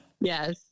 Yes